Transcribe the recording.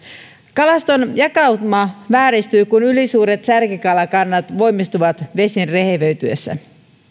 kalaston jakautuma vääristyy kun ylisuuret särkikalakannat voimistuvat vesien rehevöityessä